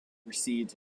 received